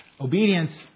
Obedience